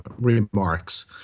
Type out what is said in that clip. remarks